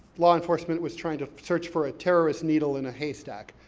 law enforcement was trying to search for a terrorist needle in a haystack.